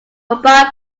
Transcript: mobile